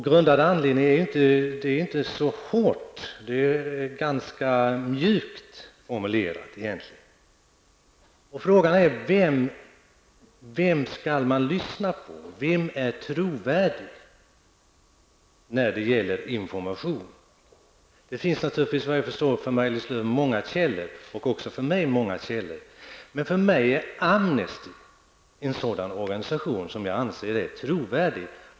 ''Grundad anledning'' är egentligen en ganska mjuk formulering. Frågan är vem man skall lyssna på. Vem är trovärdig när det gäller information? Det finns naturligtvis både för Maj-Lis Lööw och för mig många källor. För mig framstår Amnesty som en organisation som är trovärdig.